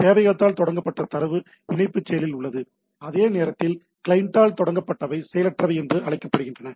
சேவையகத்தால் தொடங்கப்பட்ட தரவு இணைப்பு செயலில் உள்ளது அதே நேரத்தில் கிளையண்டால் தொடங்கப்பட்டவை செயலற்றவை என்று அழைக்கப்படுகின்றன